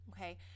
okay